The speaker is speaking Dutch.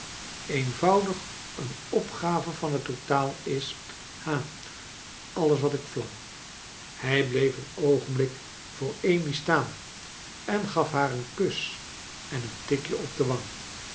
eeavoudig eea opgave vaa het totaal is ha alles wat ik verlaag hij bleef en oogenblik voor amy staan en gaf haar eea kus en eea tikje op de waag